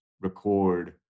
record